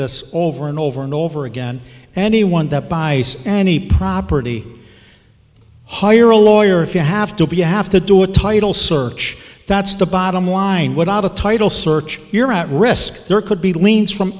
this over and over and over again and he won that by any property hire a lawyer if you have to be a have to do a title search that's the bottom line without a title search you're at risk there could be liens from